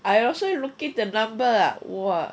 I also looking the number ah !wah!